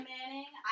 Manning